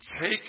take